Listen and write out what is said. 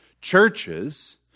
churches